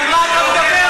על מה אתה מדבר?